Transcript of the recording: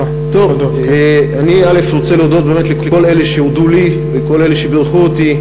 אני רוצה להודות לכל אלה שהודו לי ולכל אלה שבירכו אותי.